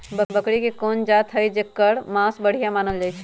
बकरी के कोन जात हई जेकर मास बढ़िया मानल जाई छई?